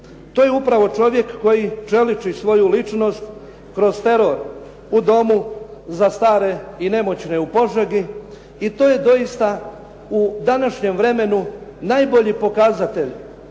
To je upravo čovjek koji čeliči svoju ličnost kroz teror u Domu za stare i nemoćne u Požegi i to je doista u današnjem vremenu najbolji pokazatelj